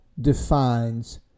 defines